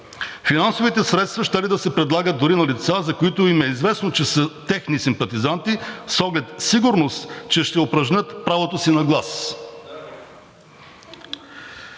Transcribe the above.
Финансовите средства щели да се предлагат дори на лица, за които им е известно, че са техни симпатизанти, с оглед сигурност, че ще упражнят правото си на глас.